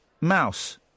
Mouse